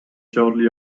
shortly